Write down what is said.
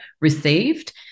received